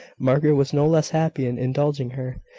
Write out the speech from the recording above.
margaret was no less happy in indulging her,